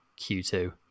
Q2